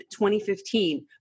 2015